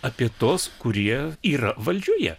apie tuos kurie yra valdžioje